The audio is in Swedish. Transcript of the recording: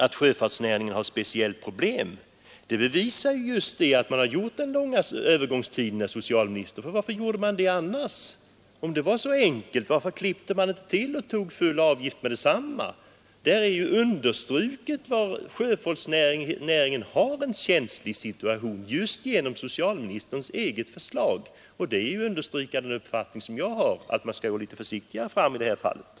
Att sjöfartsnäringen har ett speciellt problem bevisas just av att man har föreslagit en övergångstid, herr socialminister. Varför gjorde man det annars? Om det var så enkelt, varför klippte man inte till och tog full avgift med detsamma? Det är just genom socialministerns eget förslag understruket att sjöfartsnäringen har en känslig situation. Det understryker också den uppfattning som jag har — att man skall gå försiktigare fram i det här fallet.